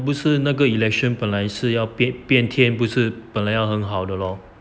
不是那个 election 本来是变变天不是本来要很好的 lor